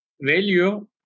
Value